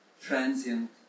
transient